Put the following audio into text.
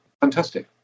Fantastic